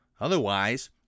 Otherwise